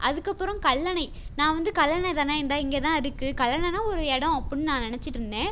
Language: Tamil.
அதுக்கப்புறம் கல்லனை நான் வந்து கல்லனை தானே இந்தா இங்கே தான் இருக்குது கல்லனைனா ஒரு இடம் அப்படின்னு நான் நினைச்சிட்ருந்தேன்